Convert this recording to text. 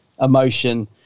emotion